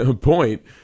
point